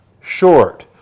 short